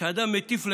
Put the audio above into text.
כשאדם מטיף לך,